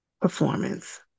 performance